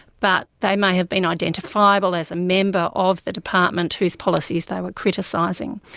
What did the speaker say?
but they may have been identifiable as a member of the department whose policies they were criticising.